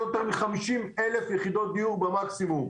יותר מ-50,000 יחידות דיור במקסימום.